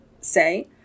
say